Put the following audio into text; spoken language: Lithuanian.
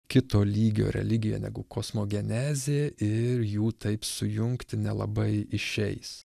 kito lygio religija negu kosmogenezė ir jų taip sujungti nelabai išeis